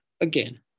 again